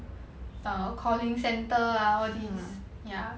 err calling center ah all this ya